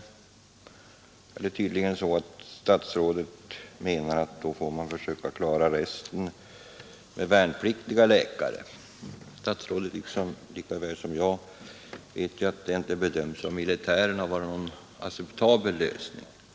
Tydligen menar statsrådet att man får försöka klara resten med värnpliktiga läkare. Statsrådet vet lika väl som jag att detta inte av militärerna bedömts som någon acceptabel lösning.